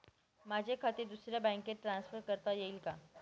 माझे खाते दुसऱ्या बँकेत ट्रान्सफर करता येईल का?